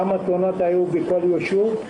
כמה תאונות היו בכל ישוב,